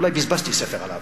אולי בזבזתי ספר עליו,